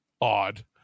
odd